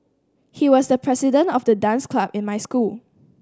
he was the president of the dance club in my school